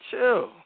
chill